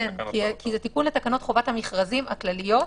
כן, כי זה תיקון לתקנות חובת המכרזים הכלליות,